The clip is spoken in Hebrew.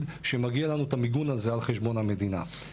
שמגיע לנו את המיגון הזה על חשבון המדינה.